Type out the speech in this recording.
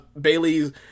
Bailey's